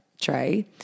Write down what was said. tray